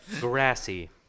Grassy